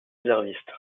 réservistes